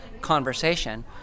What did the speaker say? conversation